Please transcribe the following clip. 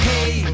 Hey